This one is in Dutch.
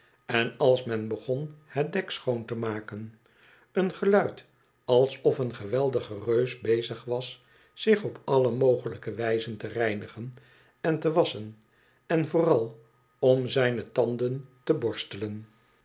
en als men begon het dek schoon te maken een geluid alsof een geweldige reus bezig was zich op alle mogelijke wijzen te reinigen en te wasschen en vooral om zijne tanden te borstelen